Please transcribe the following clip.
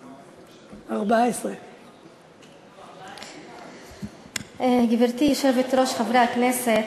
14. גברתי היושבת-ראש, חברי הכנסת,